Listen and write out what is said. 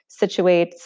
situates